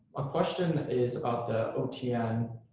ah question is about the otn.